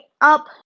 up